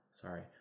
sorry